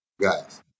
guys